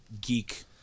geek